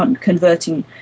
converting